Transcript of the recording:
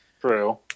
True